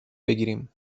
بگیریم